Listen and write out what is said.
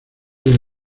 del